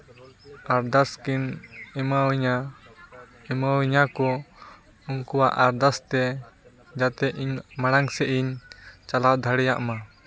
ᱟᱨᱫᱟᱥ ᱠᱤᱱ ᱮᱢᱟ ᱤᱧᱟᱹ ᱮᱢᱟ ᱤᱧᱟᱹ ᱠᱚ ᱩᱱᱠᱩᱣᱟᱜ ᱟᱨᱫᱟᱥ ᱛᱮ ᱡᱟᱛᱮ ᱤᱧ ᱢᱟᱲᱟᱝ ᱥᱮᱜ ᱤᱧ ᱪᱟᱞᱟᱣ ᱫᱟᱲᱮᱭᱟᱜᱼᱢᱟ